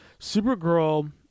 Supergirl